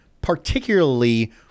particularly